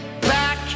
back